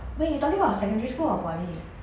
wait you talking about secondary school or poly